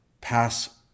pass